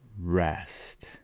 rest